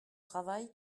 travail